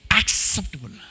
acceptable